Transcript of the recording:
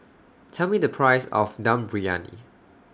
Tell Me The Price of Dum Briyani